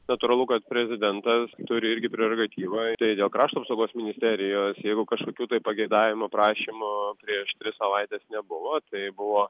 natūralu kad prezidentas turi irgi prerogatyvą tai dėl krašto apsaugos ministerijos jeigu kažkokių tai pageidavimų prašymų prieš tris savaites nebuvo tai buvo